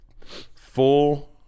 full